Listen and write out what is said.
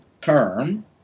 term